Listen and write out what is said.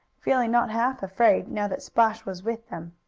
feeling not half afraid, now that splash was with them.